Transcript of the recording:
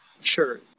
Sure